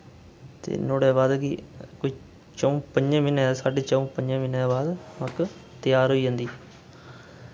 ते नुआढ़े बाद कि कोई च'ऊं प'ञें म्हीने दे साड्ढे च'ऊं प'ञें म्हीने दे बाद मक्क त्यार होई जंदी